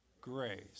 Grace